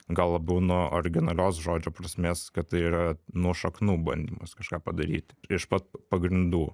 gal labiau nuo originalios žodžio prasmės kad tai yra nuo šaknų bandymas kažką padaryti iš pat pagrindų